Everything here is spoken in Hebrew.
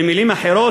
במילים אחרות,